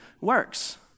works